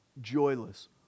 joyless